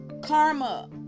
karma